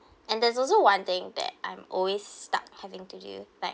and there's also one thing that I'm always stuck having to do like